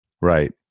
Right